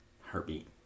Heartbeat